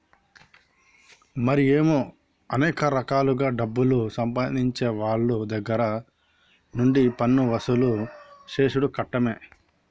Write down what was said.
మరి ఏమో అనేక రకాలుగా డబ్బులు సంపాదించేవోళ్ళ దగ్గర నుండి పన్నులు వసూలు సేసుడు కట్టమే